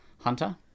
Hunter